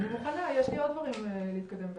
אני מוכנה, יש לי עוד דברים להתקדם בהם.